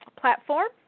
platform